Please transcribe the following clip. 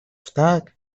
ptak